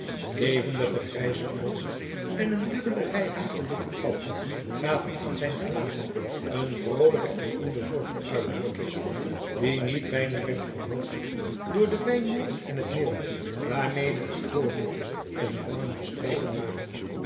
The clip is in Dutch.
levendige grijze oogen en een dubbele rij hagelwitte tanden gaven aan zijn gelaat een vroolijke en onbezorgde uitdrukking die niet weinig werd verhoogd door de wijnmoer en het meel waarmede het voorhoofd en de wangen bestreken waren